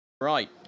Right